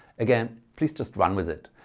again, please just run with it,